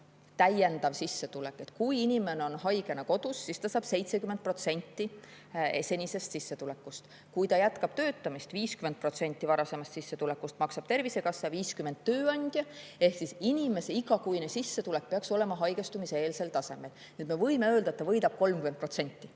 täiendav sissetulek. Kui inimene on haigena kodus, siis ta saab 70% senisest sissetulekust, kui ta jätkab töötamist, siis 50% varasemast sissetulekust maksab Tervisekassa ja 50% tööandja. Ehk siis inimese igakuine sissetulek peaks olema haigestumiseelsel tasemel. Me võime öelda, et ta võidab 30%.